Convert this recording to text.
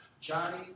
Johnny